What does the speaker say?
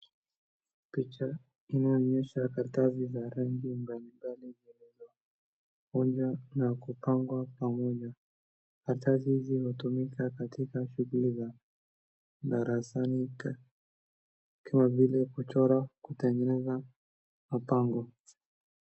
Picha inaonyesha karatasi za rangi mbali mbali zilizokunjwa na kupangwa pamoja. Karatasi hizi hutumika katika shughuli za darasani kama vile kuchora, kutengeneza mapambo.